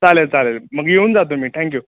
चालेल चालेल मग येऊन जातो मी थँक्यू